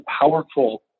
powerful